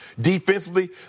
Defensively